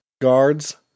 guards